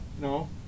No